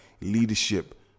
leadership